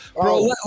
bro